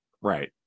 Right